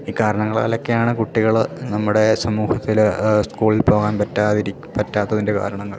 ഈ കാരണങ്ങളാലൊക്കെയാണ് കുട്ടികള് നമ്മുടെ സമൂഹത്തില് സ്കൂളിൽ പോകാൻ പറ്റാതിരി പറ്റാത്തതിൻ്റെ കാരണങ്ങള്